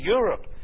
Europe